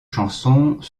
chansons